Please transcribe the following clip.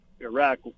Iraq